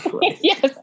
Yes